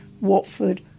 Watford